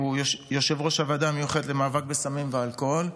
יושב-ראש הוועדה המיוחדת למאבק בסמים ואלכוהול,